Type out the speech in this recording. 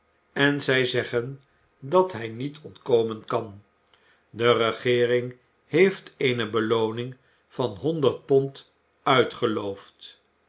en zij zeggen dat hij niet ontkomen kan de regeering heeft eene belooning van honderd pond uitgeloofd